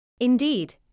Indeed